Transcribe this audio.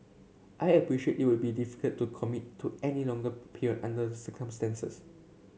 I appreciate it will be difficult to commit to any longer peer under circumstances